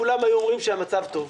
כולם היו אומרים שהמצב טוב.